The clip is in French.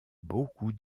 beaucoup